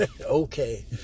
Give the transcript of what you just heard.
Okay